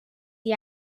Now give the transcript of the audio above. the